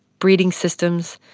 breeding systems,